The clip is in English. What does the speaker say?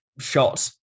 shot